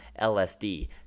LSD